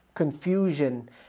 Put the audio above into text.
confusion